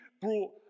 brought